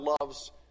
loves